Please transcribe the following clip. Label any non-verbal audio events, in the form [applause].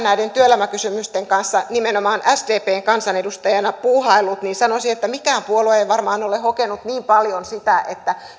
[unintelligible] näiden työelämäkysymysten kanssa nimenomaan sdpn kansanedustajana puuhaillut niin sanoisin että mikään puolue ei varmaan ole hokenut niin paljon sitä että